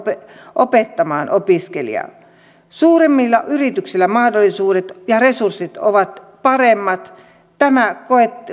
opettamaan opiskelijaa suurimmilla yrityksillä mahdollisuudet ja resurssit ovat paremmat tämä